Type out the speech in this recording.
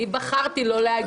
אני בחרתי לא להגיע.